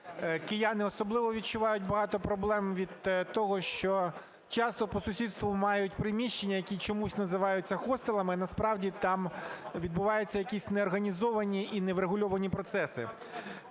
Кияни особливо відчувають багато проблем від того, що часто по сусідству мають приміщення, які чомусь називаються хостелами, а насправді там відбуваються якісь неорганізовані і неврегульовані процеси.